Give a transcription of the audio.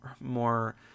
more